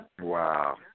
Wow